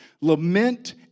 Lament